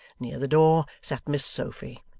near the door sat miss sophy,